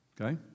Okay